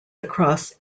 across